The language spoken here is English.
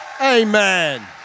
amen